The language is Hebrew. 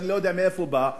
שאני לא יודע מאיפה בא,